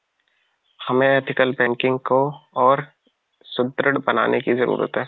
हमें ethical banking को और सुदृढ़ बनाने की जरूरत है